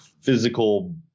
physical